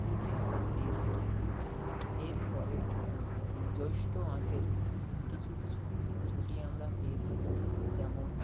ছুটি আমরা পেয়ে থাকি এর পরেও জ্যৈষ্ঠ মাসের কিছু কিছু ছুটি আমরা পেয়ে থাকি যেমন